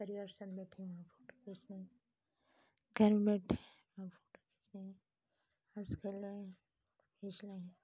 परिवार संग में थे वहाँ फोटो खींचते वहाँ फोटो खींचते हैं हंस खेल रहे हैं फोटो खींचने हैं